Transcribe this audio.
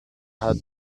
heart